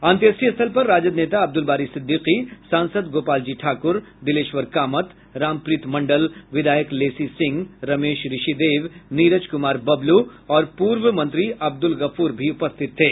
अंत्येष्टि स्थल पर राजद नेता अब्दुल बारी सिद्दिकी सांसद गोपालजी ठाकुर दिलेश्वर कामत रामप्रित मंडल विधायक लेसी सिंह रमेश ऋषिदेव नीरज कुमार बबलू और पूर्व मंत्री अब्दुल गफूर भी उपस्थित थे